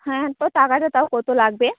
হ্যাঁ তো টাকাটা তাও কত লাগবে